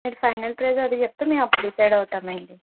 మీరు final price అది చెప్తే మేము అప్పుడు డిసైడ్ అవుతాం అండి